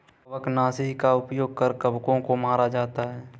कवकनाशी का उपयोग कर कवकों को मारा जाता है